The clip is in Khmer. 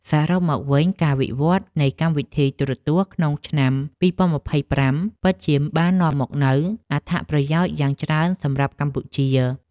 សរុបមកវិញ ការវិវត្តនៃកម្មវិធីទូរទស្សន៍ក្នុងឆ្នាំ ២០២៥ ពិតជាបាននាំមកនូវអត្ថប្រយោជន៍យ៉ាងច្រើនសម្រាប់កម្ពុជា។